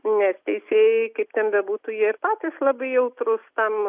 nes teisėjai kaip ten bebūtų jie ir patys labai jautrūs tam